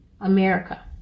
America